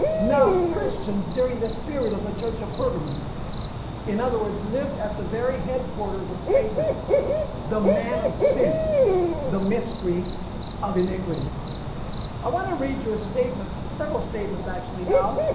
now christians during the spirit of the church of pergamum in other words lived at the very headquarters of satan the man of sin the mystery of iniquity i want to read you a statement, several statements actually now,